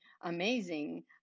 amazing